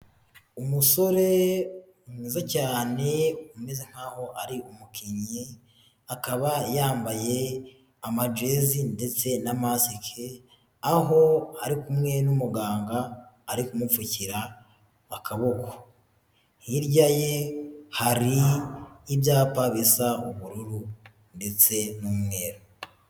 Umusore mwiza cyane umeze nkaho ari umukinnyi akaba yambaye amajezi ndetse na masike, aho ari kumwe n'umuganga ari kumutwikira akaboko. Hirya ye hari ibyapa bisa ubururu ndetse n'umweru.